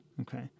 Okay